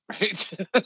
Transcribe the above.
Right